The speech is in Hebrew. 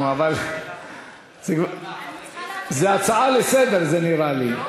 זו הצעה לסדר-היום, נראה לי.